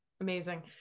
Amazing